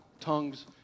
tongues